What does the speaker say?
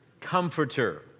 comforter